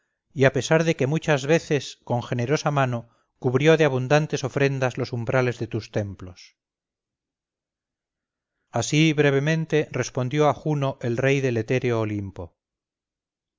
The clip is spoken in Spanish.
y a pesar de que muchas veces con generosa mano cubrió de abundantes ofrendas los umbrales de tus templos así brevemente respondió a juno el rey del etéreo olimpo